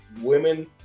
women